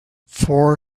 four